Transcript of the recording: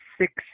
six